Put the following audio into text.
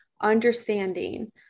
understanding